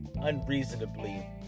unreasonably